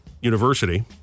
University